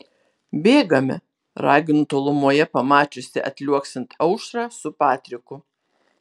bėgame raginu tolumoje pamačiusi atliuoksint aušrą su patriku